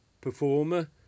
performer